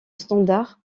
standard